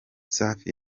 safi